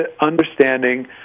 understanding